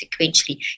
sequentially